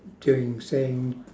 doing things